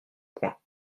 point